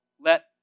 Let